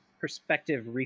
perspective